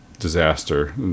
disaster